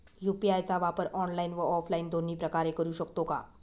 UPI चा वापर online व ऑफलाईन दोन्ही प्रकारे करु शकतो का?